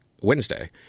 Wednesday